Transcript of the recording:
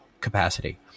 capacity